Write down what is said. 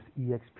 eXp